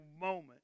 moment